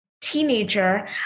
teenager